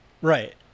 Right